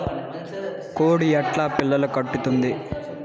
కోడి ఎట్లా పిల్లలు కంటుంది?